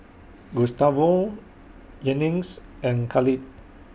Gustavo Jennings and Khalid